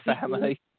family